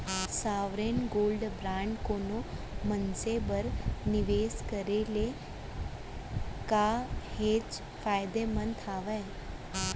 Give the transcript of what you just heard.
sovereign gold bond कोनो मनसे बर निवेस करे ले काहेच फायदामंद हावय